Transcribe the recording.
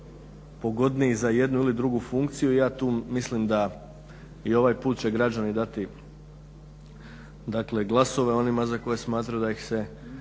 pogodniji za jednu ili drugu funkciju i ja tu mislim da i ovaj put će građani dati glasove onima za koje smatraju da